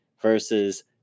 versus